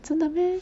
真的 meh